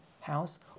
house